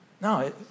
No